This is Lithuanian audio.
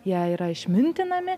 jei yra išmintinami